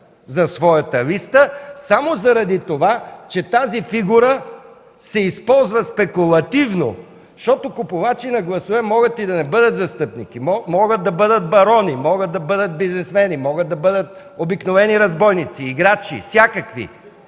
за своята листа, само заради това че тази фигура се използва спекулативно. Купувачи на гласа могат и да не бъдат застъпници, могат да бъдат барони, могат да бъдат бизнесмени, могат да бъдат обикновени разбойници, играчи, всякакви,